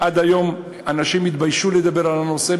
עד היום אנשים התביישו לדבר על הנושא,